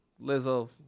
Lizzo